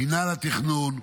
מנהל התכנון,